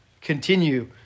Continue